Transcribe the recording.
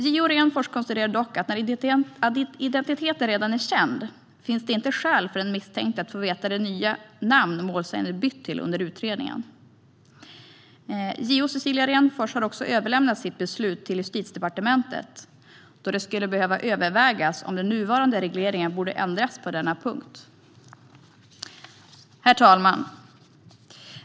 JO Renfors konstaterar dock att när identiteten redan är känd finns det inte skäl för den misstänkte att få veta det nya namn som målsäganden bytt till under utredningen. JO Cecilia Renfors har också överlämnat sitt beslut till Justitiedepartementet då det skulle behöva övervägas om den nuvarande regleringen borde ändras på denna punkt. Herr talman!